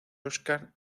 óscar